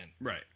Right